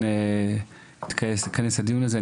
על כן כינסנו את הדיון הזה.